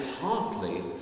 partly